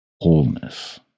wholeness